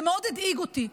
זה מאוד הדאיג אותי.